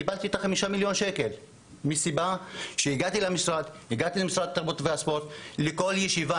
קיבלתי 5,000,000 ₪ בגלל שהגעתי למשרד התרבות והספורט לכל ישיבה,